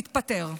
תתפטר.